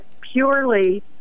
purely